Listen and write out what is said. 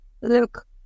look